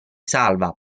salva